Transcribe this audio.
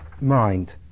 mind